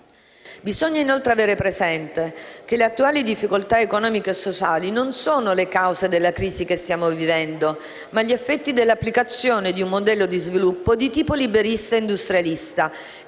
Bisogna inoltre avere presente che le attuali difficoltà economiche e sociali non sono le cause della crisi che stiamo vivendo, ma gli effetti dell'applicazione di un modello di sviluppo di tipo liberista e industrialista